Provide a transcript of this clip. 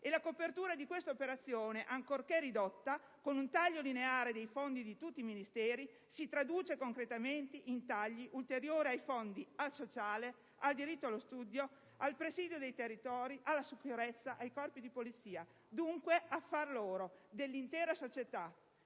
e la copertura di questa operazione, ancorché ridotta con un taglio lineare dei fondi di tutti i Ministeri, si traduce concretamente in tagli ulteriori ai fondi per il sociale, per il diritto allo studio, per il presidio dei territori, per la sicurezza, per i Corpi di polizia. Dunque, è affar loro e dell'intera società.